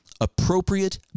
appropriate